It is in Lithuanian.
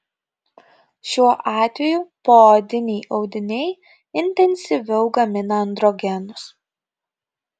šiuo atveju poodiniai audiniai intensyviau gamina androgenus